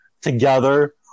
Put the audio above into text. together